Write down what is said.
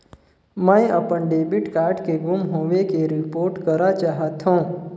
मैं अपन debit card के गुम होवे के रिपोर्ट करा चाहत हों